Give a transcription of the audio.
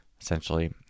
Essentially